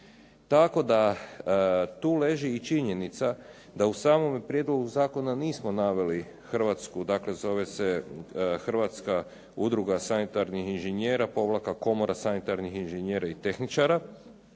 Tako da tu leži i činjenica da u samome prijedlogu zakona nismo naveli hrvatsku, dakle zove se Hrvatska udruga sanitarnih inženjera-Komora sanitarnih inženjera i tehničara,